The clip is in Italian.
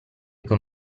con